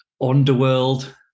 Underworld